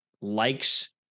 likes